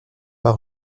par